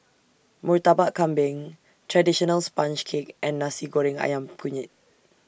Murtabak Kambing Traditional Sponge Cake and Nasi Goreng Ayam Kunyit